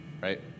right